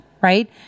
right